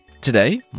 Today